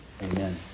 Amen